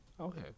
Okay